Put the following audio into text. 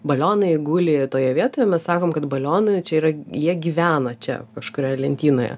balionai guli toje vietoje mes sakom kad balionai čia yra jie gyvena čia kažkurioj lentynoje